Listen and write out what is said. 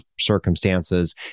circumstances